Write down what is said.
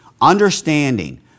Understanding